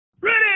Ready